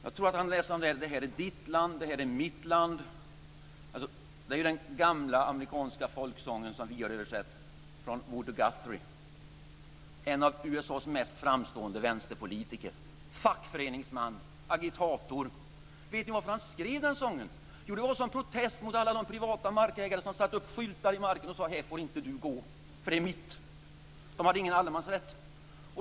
Jag tror att han läste: Det här är ditt land, det här är mitt land. Det är ju den gamla amerikanska folksången som vi har översatt, skriven av Woody Vet ni varför han skrev den sången? Jo, det var som protest mot alla de privata markägare som satte upp skyltar i markerna och sade: Här får inte du gå, för det är mitt. De hade ingen allemansrätt.